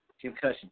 concussion